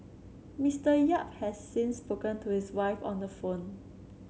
Mister Yap has since spoken to his wife on the phone